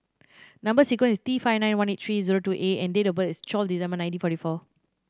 number sequence is T five nine one eight three zero two A and date of birth is twelve December nineteen forty four